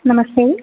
नमस्ते